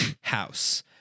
house